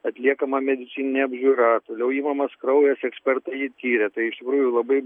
atliekama medicininė apžiūra toliau imamas kraujas ekspertai jį tyrė tai iš tikrųjų labai